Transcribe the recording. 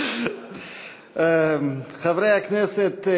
חברי הכנסת,